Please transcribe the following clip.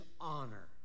honor